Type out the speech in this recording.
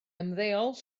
ymddeol